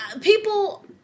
people